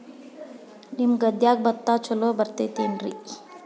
ನಿಮ್ಮ ಗದ್ಯಾಗ ಭತ್ತ ಛಲೋ ಬರ್ತೇತೇನ್ರಿ?